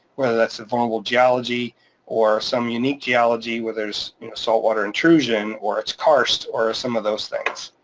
whether that's a vulnerable geology or some unique geology where there's saltwater intrusion or it's karst or some of those things.